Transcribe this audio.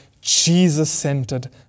Jesus-centered